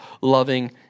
loving